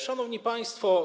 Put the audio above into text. Szanowni Państwo!